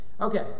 Okay